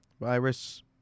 virus